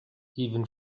even